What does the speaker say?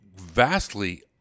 vastly